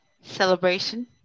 celebration